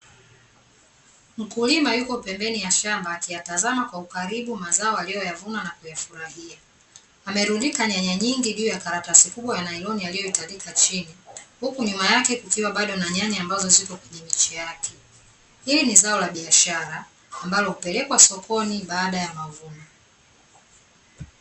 Mkulima yupo pembeni ya shamba akiyatazama kwa ukaribu mazao aliyoyavuna na kuyafurahia, amerundika nyanya nyingi juu ya karatasi kubwa ya nailoni aliyoitandika chini, huku nyuma yake kukiwa bado na nyanya ambazo bado ziko kwenye miche yake. Hili ni zao la biashara ambalo hupelekwa sokoni baada ya mavuno.